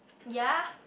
ya